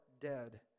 dead